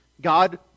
God